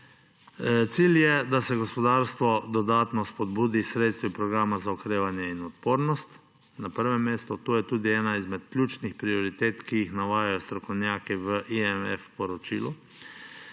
Cilj je, da se gospodarstvo dodatno spodbudi s sredstvi programa za okrevanje in odpornost, na prvem mestu. To je tudi ena ključnih prioritet, ki jih navajajo strokovnjaki v poročilu